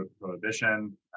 prohibition